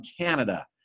Canada